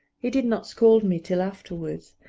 he did not scold me till afterwards,